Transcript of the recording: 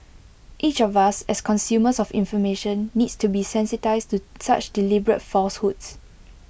each of us as consumers of information needs to be sensitised to such deliberate falsehoods